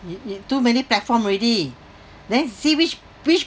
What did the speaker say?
it it too many platform already then see which which